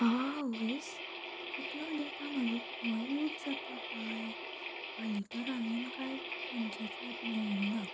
आवयस इतलो डेटा म्हाजो खंय यूज जाता काय हाली तर हांवें कांयच खंयचेच एप घेवंक ना